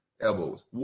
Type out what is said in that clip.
elbows